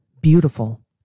beautiful